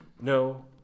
No